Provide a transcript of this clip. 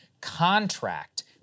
contract